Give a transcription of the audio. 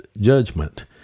judgment